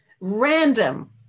random